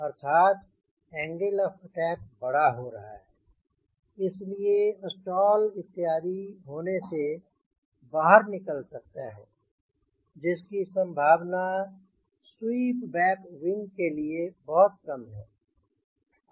अर्थात angle of attack बड़ा हो रहा है इसलिए स्टॉल इत्यादि होने से बाहर निकल सकता है जिसकी संभावना स्वीप बैक विंग के लिए बहुत कम है